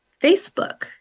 Facebook